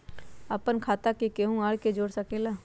अपन खाता मे केहु आर के जोड़ सके ला?